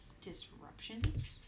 Disruptions